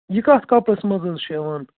یہِ کَتھ کَپَرس منٛز حظ چھِ یِوان